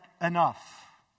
enough